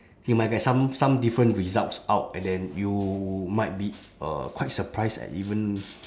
you might get some some different results out and then you might be uh quite surprised at even